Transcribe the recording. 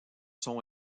sont